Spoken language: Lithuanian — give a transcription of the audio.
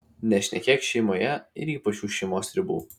nešnekėk šeimoje ir ypač už šeimos ribų